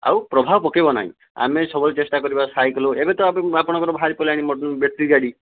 ଆଉ ପ୍ରଭାବ ପକାଇବ ନାହିଁ ଆମେ ସବୁବେଳେ ଚେଷ୍ଟା କରିବା ସାଇକେଲ ଏବେ ତ ଆପଣଙ୍କର ବାହାରି ପଡ଼ିଲାଣି ବ୍ୟାଟେରୀ ଗାଡ଼ି